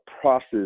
process